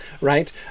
right